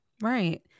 right